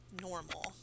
normal